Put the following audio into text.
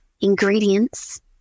ingredients